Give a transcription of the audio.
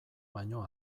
baino